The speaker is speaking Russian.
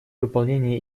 выполнения